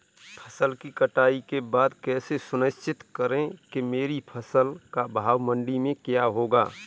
फसल की कटाई के बाद कैसे सुनिश्चित करें कि मेरी फसल का भाव मंडी में क्या होगा?